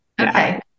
Okay